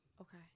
Okay